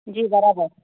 जी बराबरि